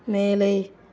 மேலே